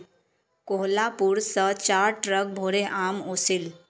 कोहलापुर स चार ट्रक भोरे आम ओसील